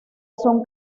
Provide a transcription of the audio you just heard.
son